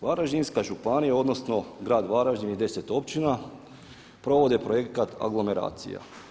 Varaždinska županija odnosno grad Varaždin i 10 općina provode projekat Aglomeracija.